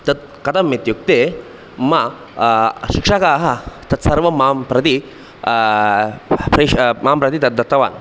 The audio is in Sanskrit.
तत् कथम् इत्युक्ते मम शिक्षकाः तत्सर्वं मां प्रति मां प्रति तद्दत्तवान्